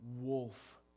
wolf